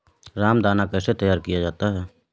रामदाना कैसे तैयार किया जाता है?